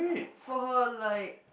for her like